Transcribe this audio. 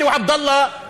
אתה ועבדאללה.